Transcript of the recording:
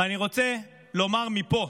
ואני רוצה לומר מפה: